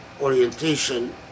orientation